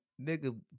Nigga